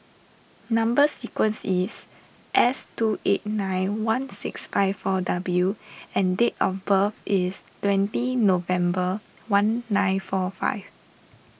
Number Sequence is S two eight nine one six five four W and date of birth is twentieth November one nine four five